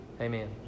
Amen